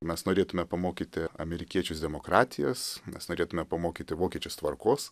mes norėtume pamokyti amerikiečius demokratijos nes norėtume pamokyti vokiečius tvarkos